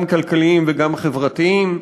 גם כלכליים וגם חברתיים.